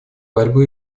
борьбы